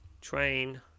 Train